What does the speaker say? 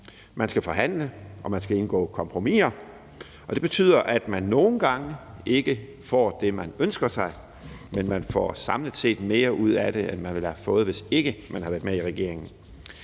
og forhandle og indgå kompromiser, og det betyder, at man nogle gange ikke får det, man ønsker sig, men man får samlet set mere ud af det, end man ville have fået, hvis ikke man havde været med i regeringen.